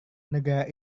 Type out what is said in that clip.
negara